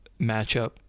matchup